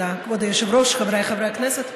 כבוד היושב-ראש, חבריי חברי הכנסת,